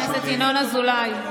חבר הכנסת ינון אזולאי.